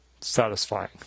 satisfying